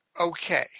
Okay